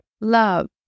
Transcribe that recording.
love